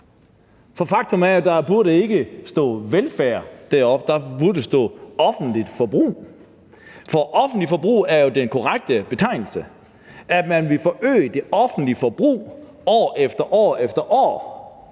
For faktum er, at der ikke burde stå velfærd deroppe. Der burde stå offentligt forbrug. For offentligt forbrug er jo den korrekte betegnelse; at man vil forøge det offentlige forbrug år efter år, så